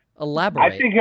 elaborate